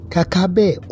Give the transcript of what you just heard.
Kakabe